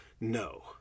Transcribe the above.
no